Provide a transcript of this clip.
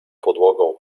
podłogą